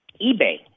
eBay